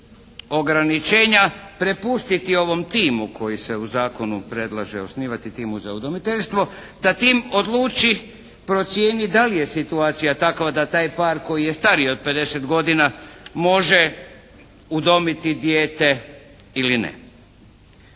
ograničenja prepustiti ovom timu koji se u zakonu predlaže, osnivati tim za udomiteljstvo. Da tim odluči, procijeni da li je situacija takva da takav par koji je stariji od pedeset godina može udomiti dijete ili ne?